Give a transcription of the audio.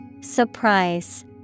Surprise